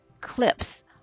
clips